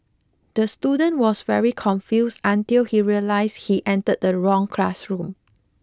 the student was very confused until he realised he entered the wrong classroom